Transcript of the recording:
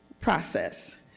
process